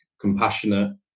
compassionate